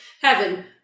heaven